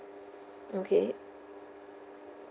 okay